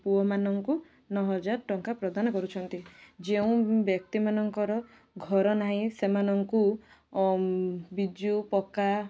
ପୁଅମାନଙ୍କୁ ନଅ ହଜାର ଟଙ୍କା ପ୍ରଦାନ କରୁଛନ୍ତି ଯେଉଁ ବ୍ୟକ୍ତିମାନଙ୍କର ଘର ନାହିଁ ସେଇମାନଙ୍କୁ ବିଜୁ ପକ୍କା